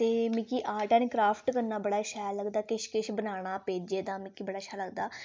ते मिकी art and craft करना बड़ा शैल लगदा किश किश बनाना पेजे दा मिकी बड़ा शैल लगदा